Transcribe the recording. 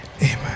Amen